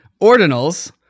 Ordinals